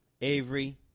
Avery